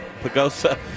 Pagosa